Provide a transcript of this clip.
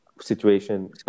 situation